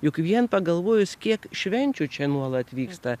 juk vien pagalvojus kiek švenčių čia nuolat vyksta